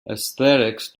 aesthetics